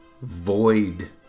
void